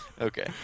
okay